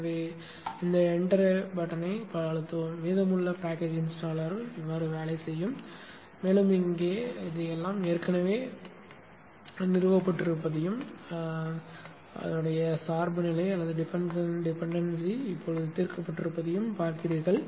எனவே இந்த Enter ஐ அழுத்தவும் மீதமுள்ள package installer வேலையைச் செய்யும் மேலும் இங்கே எல்லாம் ஏற்கனவே நிறுவப்பட்டிருப்பதையும் சார்புநிலை தீர்க்கப்படுவதையும் பார்க்கிறீர்கள்